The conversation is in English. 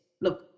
look